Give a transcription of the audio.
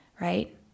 Right